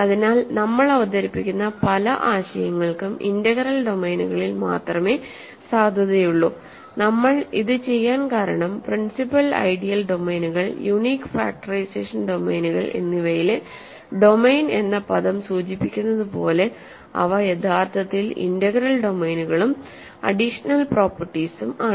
അതിനാൽ നമ്മൾ അവതരിപ്പിക്കുന്ന പല ആശയങ്ങൾക്കും ഇന്റഗ്രൽ ഡൊമെയ്നുകളിൽ മാത്രമേ സാധുതയുള്ളൂ നമ്മൾ ഇത് ചെയ്യാൻ കാരണം പ്രിൻസിപ്പൽ ഐഡിയൽ ഡൊമൈനുകൾ യൂണിക് ഫാക്ടറൈസേഷൻ ഡൊമെയ്നുകൾ എന്നിവയിലെ ഡൊമെയ്ൻ എന്ന പദം സൂചിപ്പിക്കുന്നത് പോലെ അവ യഥാർത്ഥത്തിൽ ഇന്റഗ്രൽ ഡൊമെയ്നുകളുംഅഡിഷണൽ പ്രോപ്പർടീസും ആണ്